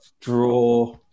draw